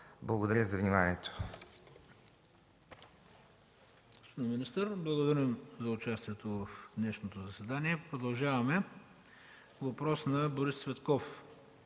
Благодаря за вниманието.